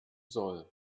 soll